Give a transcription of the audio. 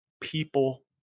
people